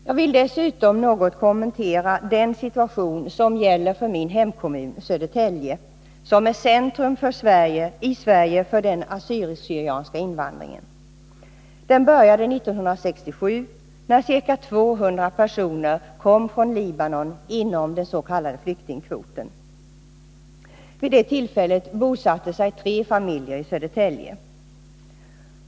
Jag vill dessutom något kommentera den situation som gäller för min hemkommun, Södertälje, som är centrum i Sverige för den assyrisksyrianska invandringen. Den började 1967 när ca 200 personer kom från Libanon inom ramen för dens.k. flyktingkvoten. Vid det tillfället bosatte sig tre familjer i Södertälje.